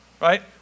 right